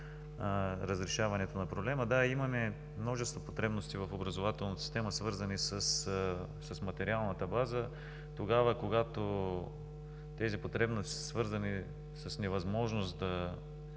Да, имаме множество потребности в образователната система, свързани с материалната база. Тогава, когато тези потребности са свързани с невъзможност да